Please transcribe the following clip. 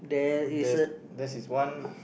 there's that's is one